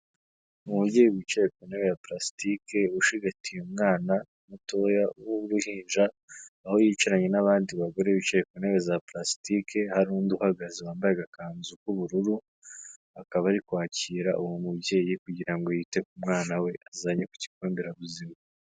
Umubyeyi wicaye ku ntebe ya purastike ucigatiye umwana mutoya w'uruhinja, aho yicaranye n'abandi bagore bicaye ku ntebe za purasitike hari undi uhagaze wambaye agakanzu k'ubururu, akaba ari kwakira uwo mubyeyi kugira ngo yite ku mwana we azanye ku kigo nderabuzima.